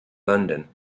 london